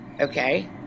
Okay